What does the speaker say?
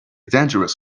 dangerous